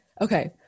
Okay